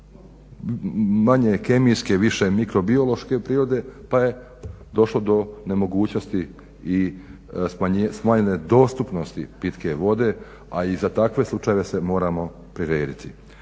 manje je kemijske, više mikrobiološke prirode pa je došlo do nemogućnosti i smanjenje dostupnosti pitke vode a i za takve slučajeve se moramo prirediti.